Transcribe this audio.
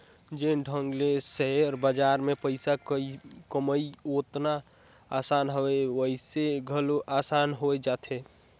जेन ढंग ले सेयर बजार में पइसा कमई ओतना असान हवे वइसने घलो असान होए जाथे